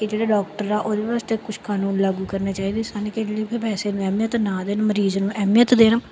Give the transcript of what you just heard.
ਕਿ ਜਿਹੜੇ ਡੋਕਟਰ ਆ ਉਹਦੇ ਵਾਸਤੇ ਕੁਛ ਕਾਨੂੰਨ ਲਾਗੂ ਕਰਨੇ ਚਾਹੀਦੇ ਸਨ ਕਿ ਜਿਹੜੇ ਵੀ ਪੈਸੇ ਨੂੰ ਅਹਿਮੀਅਤ ਨਾ ਦੇਣ ਮਰੀਜ਼ ਨੂੰ ਅਹਿਮੀਅਤ ਦੇਣ